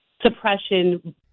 suppression